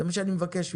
זה מה שאני מבקש ממך,